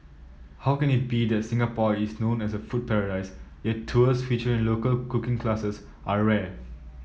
how can it be that Singapore is known as a food paradise yet tours featuring local cooking classes are rare